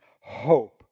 hope